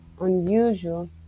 unusual